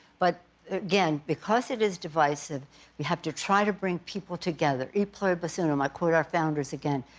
but again, because it is divisive we have to try to bring people together. e pluribus unum. i quote our founders again.